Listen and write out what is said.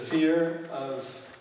fear of